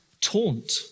taunt